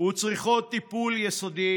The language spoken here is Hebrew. וצריכות טיפול יסודי,